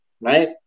right